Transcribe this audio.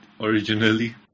originally